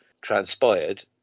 transpired